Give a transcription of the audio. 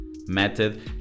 method